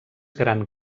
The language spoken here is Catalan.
gran